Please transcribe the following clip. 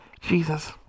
jesus